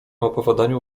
opowiadaniu